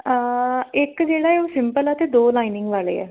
ਇੱਕ ਜਿਹੜਾ ਹੈ ਉਹ ਸਿੰਪਲ ਹੈ ਅਤੇ ਦੋ ਲਾਈਨਿੰਗ ਵਾਲੇ ਹੈ